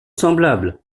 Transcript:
semblables